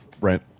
Right